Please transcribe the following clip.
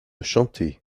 chanté